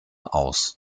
aus